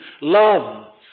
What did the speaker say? Love